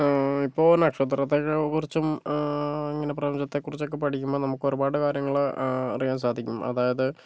ഇപ്പൊൾ നക്ഷത്രത്തെക്കെ കുറിച്ചും അങ്ങനെ പ്രപഞ്ചത്തെക്കുറിച്ചൊക്കെ പഠിക്കുമ്പോൾ നമ്മൾക്ക് ഒരുപാട് കാര്യങ്ങൾ അറിയാൻ സാധിക്കും അതായത്